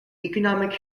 economic